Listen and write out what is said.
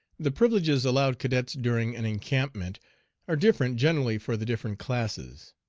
the privileges allowed cadets during an encampment are different generally for the different classes.